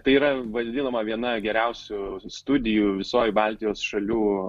tai yra vadinama viena geriausių studijų visoj baltijos šalių